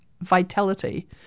vitality